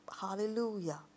hallelujah